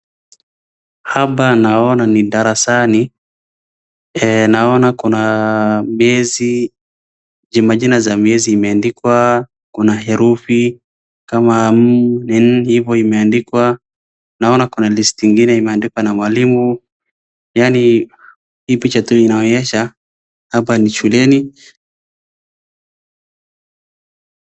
Hapa naona ni darasani, naona kuna majina za miezi imeandikwa, kuna herufi kama M,N, hivo imeandikwa, naona kuna list ingine imeandikwa na mwalimu, yaani hii picha tu inaonyesha hapa ni shuleni.